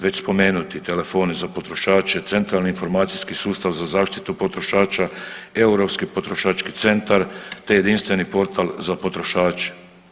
Već spomenuti telefoni za potrošače, Centralni informacijski sustav za zaštitu potrošača, Europski potrošački centar te jedinstveni portal za potrošače.